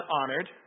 honored